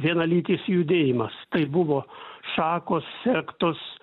vienalytis judėjimas tai buvo šakos sektos